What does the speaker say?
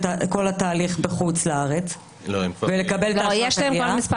כל התהליך בחוץ לארץ ולקבל כאן אשרת עלייה.